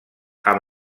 amb